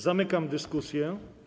Zamykam dyskusję.